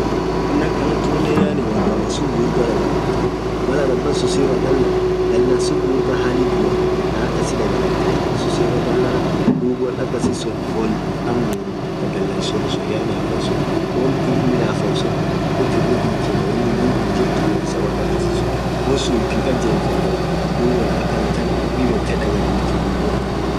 won akhan tunen yaani won dhalahnsun ghughrdha dhariftu Mal athin abasun sirah dhalan dhalahnsun ghughrdha hali jua thaa akhasi dhagariftii abbasun sirah dhalan dhub won akasisun won dhansaa muu thaa dhalansuasun yaani abasun won ithi midhafamsun thakaa itiridhikeni inin dhidh hinjirtuu isaa won akasisun wonsun ithi hinkhaljefen dhub won akahatan dhib yethe dhagariftii won akhasisunen